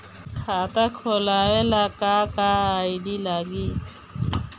खाता खोलाबे ला का का आइडी लागी?